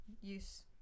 use